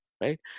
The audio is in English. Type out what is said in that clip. right